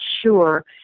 sure